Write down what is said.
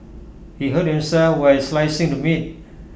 he hurt himself while slicing the meat